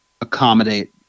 accommodate